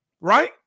Right